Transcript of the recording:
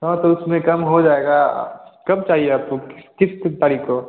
हँ तो उसमें कम हो जाएगा कब चाहिए आपको किस किस तारीख को